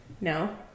No